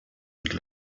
and